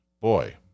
boy